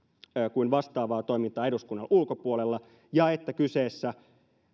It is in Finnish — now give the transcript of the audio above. kuin vastaavaa toimintaa eduskunnan ulkopuolella ja että kyseessä